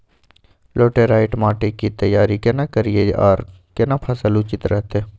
Laterite माटी की तैयारी केना करिए आर केना फसल उचित रहते?